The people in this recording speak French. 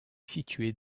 située